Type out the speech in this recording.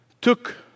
took